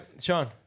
Sean